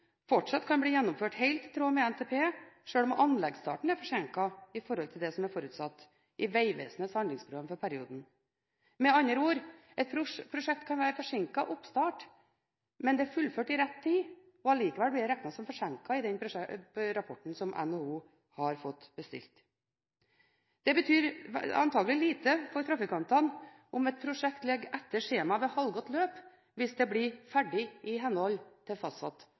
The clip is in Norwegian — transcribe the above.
fortsatt kan bli gjennomført helt i tråd med NTP, sjøl om anleggsstarten er forsinket i forhold til det som er forutsatt i Vegvesenets handlingsplan for perioden. Med andre ord: Et prosjekt kan ha forsinket oppstart, men være fullført i rett tid, og allikevel bli regnet som forsinket i den rapporten som NHO har fått bestilt. Det betyr antakelig lite for trafikantene om et prosjekt ligger etter skjema ved halvgått løp hvis det blir ferdig i henhold til fastsatt